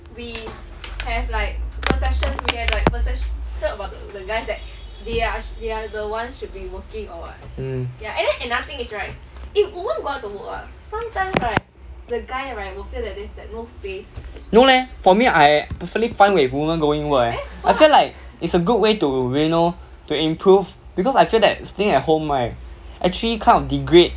mm no leh for me I actually fine with women going work leh I feel like is a good way to you know to improve because I feel that staying at home right actually kind of degrade